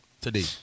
today